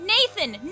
Nathan